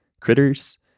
critters